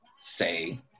say